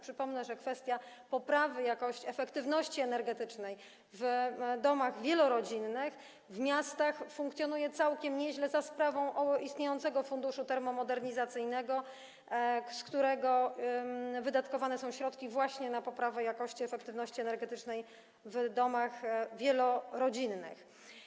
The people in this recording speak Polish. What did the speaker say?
Przypomnę, że kwestia poprawy jakości, efektywności energetycznej w domach wielorodzinnych w miastach funkcjonuje całkiem nieźle za sprawą istniejącego funduszu termomodernizacyjnego, z którego wydatkowane są środki właśnie na poprawę jakości, efektywności energetycznej w domach wielorodzinnych.